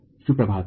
इसलिए शुभ प्रभात